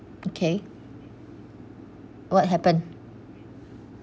okay what happen